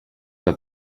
que